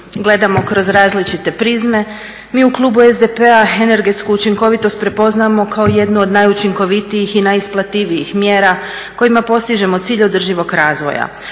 gledamo kroz različite prizme. Mi u klubu SDP-a energetsku učinkovitost prepoznamo kao jednu od najučinkovitijih i najisplativijih mjera kojima postižemo cilj održivog razvoja.